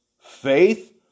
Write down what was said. faith